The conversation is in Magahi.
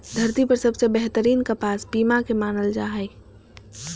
धरती पर सबसे बेहतरीन कपास पीमा के मानल जा हय